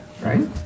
Right